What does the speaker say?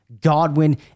Godwin